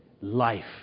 life